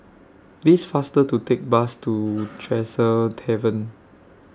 It's faster to Take Bus to Tresor Tavern